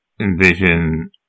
envision